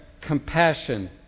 compassion